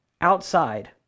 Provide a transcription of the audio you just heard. outside